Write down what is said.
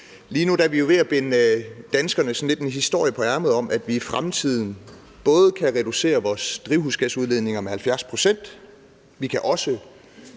Lige nu er vi jo lidt ved at binde danskerne en historie på ærmet om, at vi i fremtiden både kan reducere vores drivhusgasudledninger med 70 pct. og også